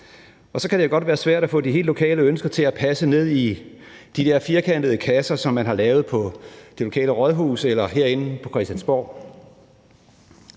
og så kan det jo godt være svært at få de helt lokale ønsker til at passe ned i de der firkantede kasser, som man har lavet på det lokale rådhus eller herinde på Christiansborg.